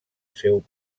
seu